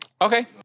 Okay